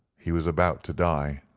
he was about to die.